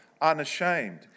unashamed